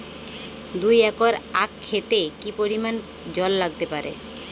দুই একর আক ক্ষেতে কি পরিমান জল লাগতে পারে?